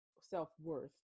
self-worth